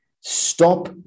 stop